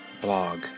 blog